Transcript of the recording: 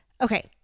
Okay